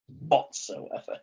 Whatsoever